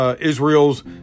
Israel's